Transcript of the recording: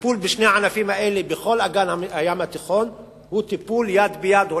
הטיפול בשני הענפים האלה בכל אגן הים התיכון הוא טיפול שהולך יד ביד,